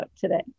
today